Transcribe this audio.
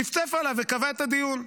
צפצף עליו וקבע את הדיון.